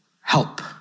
help